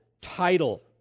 title